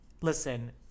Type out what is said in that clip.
listen